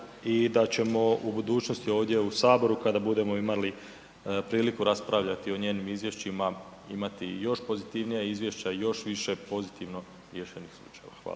i da ćemo u budućnost ovdje u Saboru kada budemo imali priliku raspravljati o njenim izvješćima, imati i još pozitivnija izvješća, još više pozitivno riješenih slučajeva. Hvala.